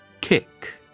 kick